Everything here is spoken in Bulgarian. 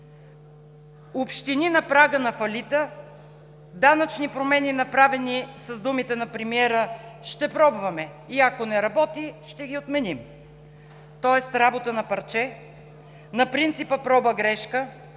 общини на прага на фалита; данъчни промени, направени с думите на премиера: „Ще пробваме и ако не работи, ще ги отменим.“ Тоест работа на парче, на принципа проба-грешка.